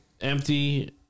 empty